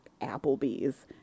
Applebee's